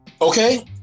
okay